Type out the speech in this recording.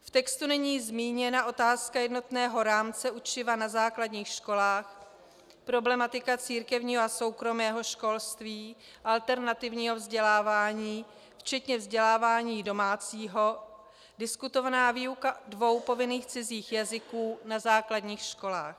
V textu není zmíněna otázka jednotného rámce učiva na základních školách, problematika církevního a soukromého školství, alternativního vzdělávání včetně vzdělávání domácího, diskutovaná výuka dvou povinných cizích jazyků na základních školách.